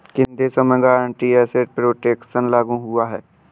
किन देशों में गारंटीड एसेट प्रोटेक्शन लागू हुआ है?